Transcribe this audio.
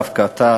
דווקא אתה,